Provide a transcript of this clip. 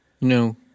No